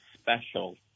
special